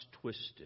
twisted